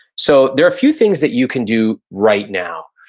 so there are few things that you can do right now,